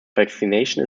vaccination